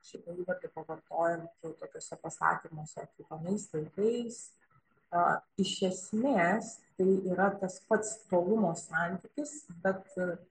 šitoj vietoj pavartojant tokiuose pasakymuose kaip anais laikais iš esmės tai yra tas pats tolumo santykis bet